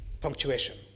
punctuation